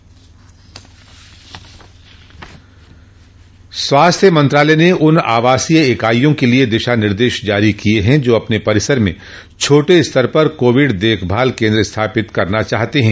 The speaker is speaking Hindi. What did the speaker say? स्वास्थ्य मंत्रालय ने उन आवासीय इकाइयों के लिए दिशा निर्देश जारी किये हैं जो अपने परिसर में छोटे स्तर पर कोविड देखभाल केन्द्र स्थापित करना चाहते हैं